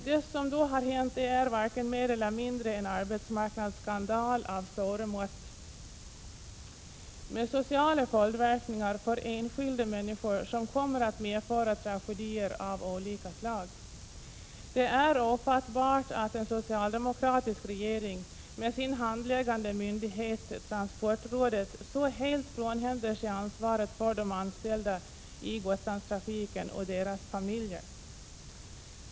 Det som hänt är varken mer eller mindre än en arbetsmarknadsskandal av stora mått med sociala följdverkningar för enskilda människor som kommer att medföra tragedier av olika slag. Det är ofattbart att en socialdemokratisk regering genom sin handläggande myndighet transportrådet så helt frånhänder sig ansvaret för de anställda i Gotlandstrafiken och deras familjer.